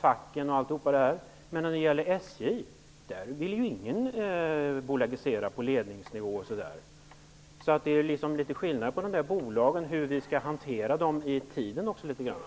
facken m.fl. bolagisera. Men när det gäller SJ vill ingen på ledningsnivå osv. bolagisera. Det är skillnad vad gäller hanteringen av dessa bolag.